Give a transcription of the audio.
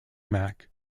mac